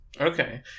Okay